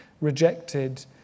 rejected